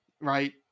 right